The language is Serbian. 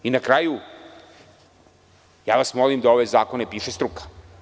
Na kraju vas molim da ove zakone piše struka.